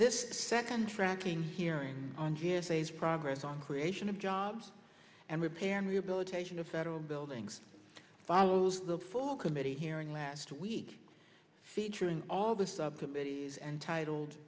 this second tracking hearing on hearsays progress on creation of jobs and repair and rehabilitation of federal buildings follows the full committee hearing last week featuring all the subcommittees entitled